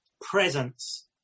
presence